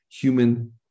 human